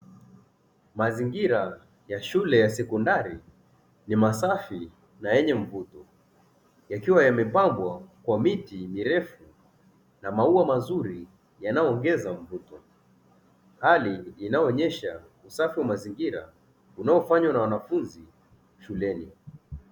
Mazingira ya shule ya sekondari ni masafi na yenye mvuto yakiwa yamepambwa kwa miti mirefu na maua mazuri yanayoongeza mvuto, hali inayoonyesha usafi wa mazingira unaofanywa na wanafunzi shuleni.